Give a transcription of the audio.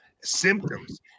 symptoms